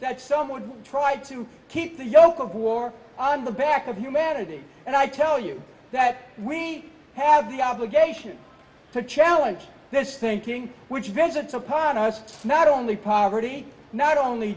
that some would try to keep the yoke of war on the back of humanity and i tell you that we have the obligation to challenge this thinking which visits upon us not only poverty not only